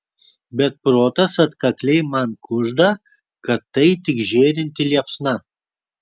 bet protas atkakliai man kužda kad tai tik žėrinti liepsna